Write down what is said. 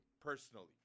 Personally